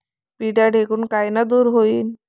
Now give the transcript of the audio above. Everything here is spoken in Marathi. पिढ्या ढेकूण कायनं दूर होईन?